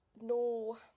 no